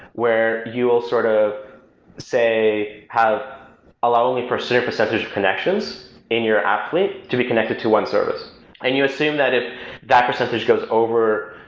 where you will sort of say have allowing for certain percentage of connections in your applet to be connected to one service and you assume that if that percentage goes over,